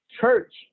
Church